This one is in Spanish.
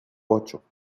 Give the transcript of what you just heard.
ocho